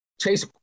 Chase